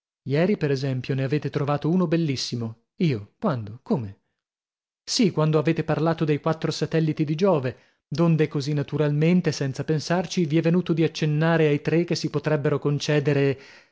ieri per esempio ne avete trovato uno bellissimo io quando come sì quando avete parlato dei quattro satelliti di giove donde così naturalmente senza pensarci vi è venuto di accennare ai tre che si potrebbero concedere